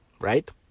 right